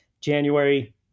January